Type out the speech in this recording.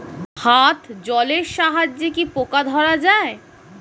হাত জলের সাহায্যে কি পোকা ধরা যায়?